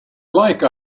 like